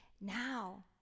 Now